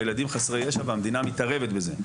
הילדים חסרי ישע והמדינה מתערבת בזה.